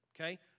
Okay